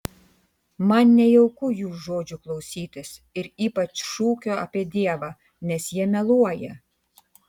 man nejauku jų žodžių klausytis ir ypač šūkio apie dievą nes jie meluoja